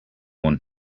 want